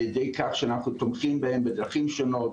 על ידי כך שאנחנו תומכים בהם בדרכים שונות,